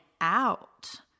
out